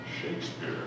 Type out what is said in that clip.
shakespeare